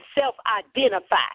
self-identify